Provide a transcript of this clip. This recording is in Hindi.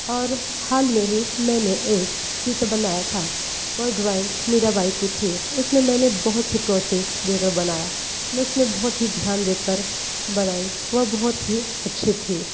और हाल में ही मैंने एक चित्र बनाया था वह ड्राइंग मीरा बाई की थी उस में मैंने बहुत ही प्रोसेस दे कर बनाया बस में बहुत ही ध्यान दे कर बनाए वह बहुत ही अच्छी थी